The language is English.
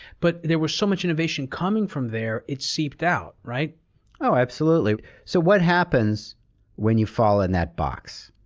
but there was so much innovation coming from there, it seeped out. right oh, absolutely. so what happens when you fall in that box?